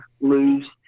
lose